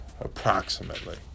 approximately